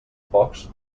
pocs